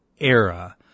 era